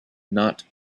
not